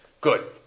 Good